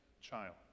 child